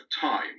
time